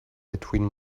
between